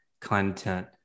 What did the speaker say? content